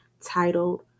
titled